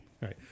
right